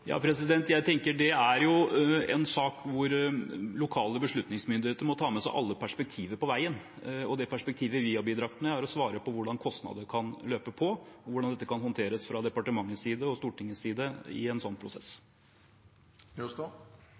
Jeg tenker at det er en sak hvor lokale beslutningsmyndigheter må ta med seg alle perspektiver på veien. Det perspektivet vi har bidratt med, er å svare på hvordan kostnader kan løpe på, og hvordan dette kan håndteres fra departementets og Stortingets side i en sånn